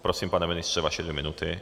Prosím, pane ministře, vaše dvě minuty.